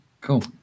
cool